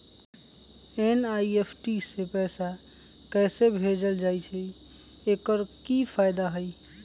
NEFT से पैसा कैसे भेजल जाइछइ? एकर की फायदा हई?